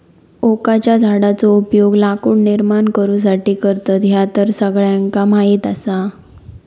ओकाच्या झाडाचो उपयोग लाकूड निर्माण करुसाठी करतत, ह्या तर सगळ्यांका माहीत आसा